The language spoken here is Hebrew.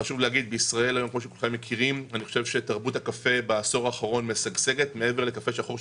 בישראל תרבות הקפה משגשגת בעשור האחרון.